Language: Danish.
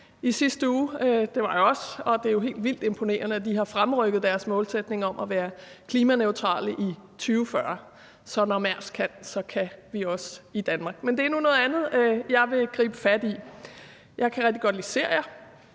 at de har fremrykket deres målsætning om at være klimaneutrale i 2040. Så når Mærsk kan, kan vi også i Danmark. Men det er noget andet, jeg vil gribe fat i. Jeg kan rigtig godt lide serier,